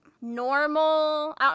normal